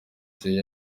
jay